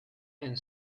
and